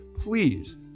Please